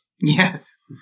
Yes